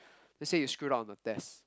let's say you screwed up on a test